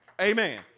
Amen